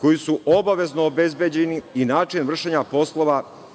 koji su obavezno obezbeđeni i način vršenja poslova